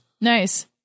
Nice